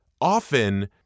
often